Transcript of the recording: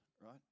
right